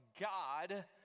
God